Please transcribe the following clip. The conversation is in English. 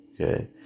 Okay